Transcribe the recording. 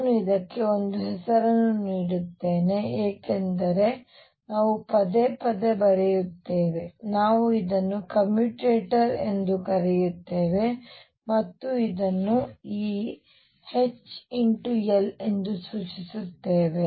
ನಾನು ಇದಕ್ಕೆ ಒಂದು ಹೆಸರನ್ನು ನೀಡುತ್ತೇನೆ ಏಕೆಂದರೆ ನಾವು ಪದೇ ಪದೇ ಬರೆಯುತ್ತೇವೆ ನಾವು ಇದನ್ನು ಕಮ್ಯುಟೇಟರ್ ಎಂದು ಕರೆಯುತ್ತೇವೆ ಮತ್ತು ಇದನ್ನು ಈ H L ಎಂದು ಸೂಚಿಸುತ್ತೇವೆ